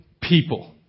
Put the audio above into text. people